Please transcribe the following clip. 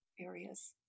areas